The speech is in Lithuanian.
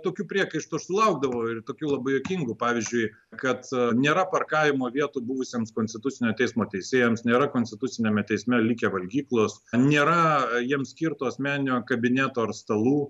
tokių priekaištų aš sulaukdavau ir tokių labai juokingų pavyzdžiui kad nėra parkavimo vietų buvusiems konstitucinio teismo teisėjams nėra konstituciniame teisme likę valgyklos nėra jiems skirto asmeninio kabineto ar stalų